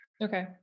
Okay